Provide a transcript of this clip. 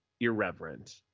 irreverent